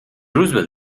roosevelt